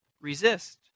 resist